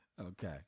Okay